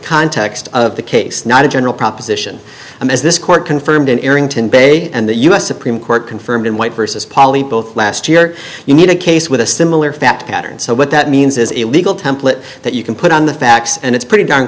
context of the case not a general proposition and as this court confirmed in arrington bay and the u s supreme court confirmed in white vs poly both last year you need a case with a similar fact pattern so what that means is illegal template that you can put on the facts and it's pretty darn